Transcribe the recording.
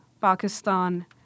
Pakistan